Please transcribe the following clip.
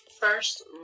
First